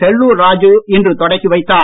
செல்லூர் ராஜூ இன்று தொடங்கி வைத்தார்